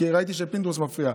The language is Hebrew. כי ראיתי שפינדרוס מפריע.